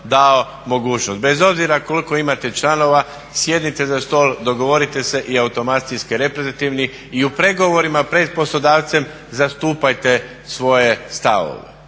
dao mogućnost, bez obzira koliko imate članova sjednite za stol, dogovorite se i …/Govornik se ne razumije./… reprezentativni i u pregovorima pred poslodavcem zastupajte svoje stavove.